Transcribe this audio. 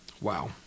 Wow